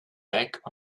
back